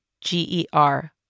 G-E-R